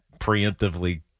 preemptively